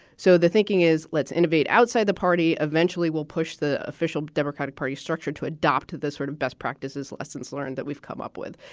so the thinking is let's innovate outside. the party eventually will push the official democratic party structure to adopt this sort of best practices, lessons learned that we've come up with.